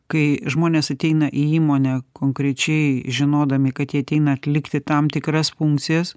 kai žmonės ateina į įmonę konkrečiai žinodami kad jie ateina atlikti tam tikras funkcijas